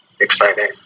exciting